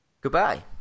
Goodbye